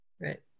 Right